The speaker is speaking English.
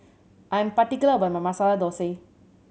I am particular about my Masala Thosai